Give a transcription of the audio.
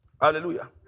Hallelujah